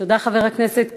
תודה, חבר הכנסת כבל.